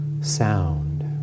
sound